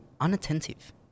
Unattentive